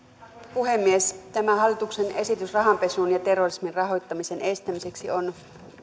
puhemies tämä hallituksen esitys rahanpesun ja terrorismin rahoittamisen estämiseksi on